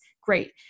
great